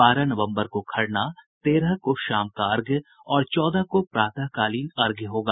बारह नवम्बर को खरना तेरह को शाम का अर्घ्य और चौदह को प्रातःकालीन अर्घ्य होगा